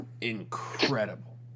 incredible